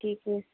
ठीक है